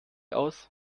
aus